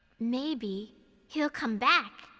maybe he'll come back.